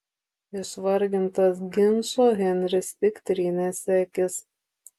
išvargintas ginčo henris tik trynėsi akis